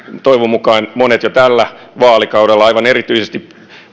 toivon mukaan monet jo tällä vaalikaudella esimerkiksi aivan erityisesti